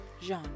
Jean